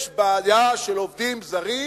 יש בעיה של עובדים זרים,